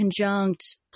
conjunct